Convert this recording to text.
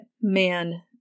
man